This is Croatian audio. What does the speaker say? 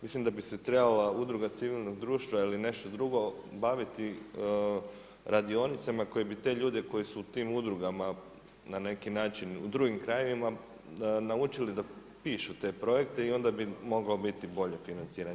Mislim da bi se trebala udruga civilnog društva ili nešto drugo baviti radionicama koje bi te ljude koji su tim udrugama na neki način, u drugim krajevima, naučili da pišu te projekte i onda bi moglo biti bolje financiranje.